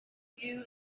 you